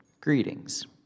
greetings